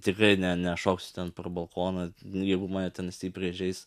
tikrai nešoksiu ten pro balkoną jeigu mane ten stipriai įžeis